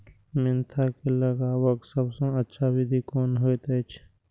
Mentha के लगवाक सबसँ अच्छा विधि कोन होयत अछि?